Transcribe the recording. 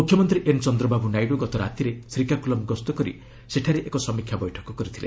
ମୁଖ୍ୟମନ୍ତ୍ରୀ ଏନ୍ ଚନ୍ଦ୍ରବାବୁ ନାଇଡୁ ଗତ ରାତିରେ ଶ୍ରୀକାକୁଲମ୍ ଗସ୍ତ କରି ସେଠାରେ ଏକ ସମୀକ୍ଷା ବୈଠକ କରିଥିଲେ